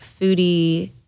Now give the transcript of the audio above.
foodie